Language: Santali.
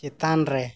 ᱪᱮᱛᱟᱱ ᱨᱮ